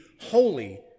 holy